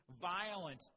violent